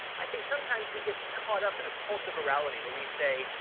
i think sometimes we get caught up in a cult of virality where we say,